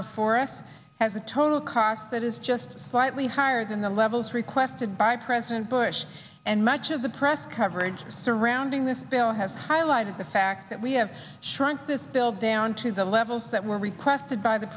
before us has a total cost that is just slightly higher than the levels requested by president bush and much of the press coverage surrounding this bill has highlighted the fact that we have shrunk this bill down to the levels that were requested by the